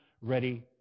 ready